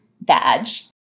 badge